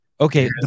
Okay